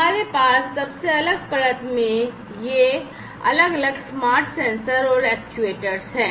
हमारे पास सबसे अलग परत में ये अलग अलग स्मार्ट सेंसर और एक्चुएटर हैं